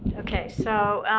ok. so